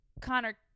Connor